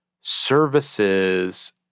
services